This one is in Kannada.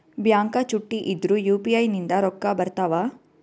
ಬ್ಯಾಂಕ ಚುಟ್ಟಿ ಇದ್ರೂ ಯು.ಪಿ.ಐ ನಿಂದ ರೊಕ್ಕ ಬರ್ತಾವಾ?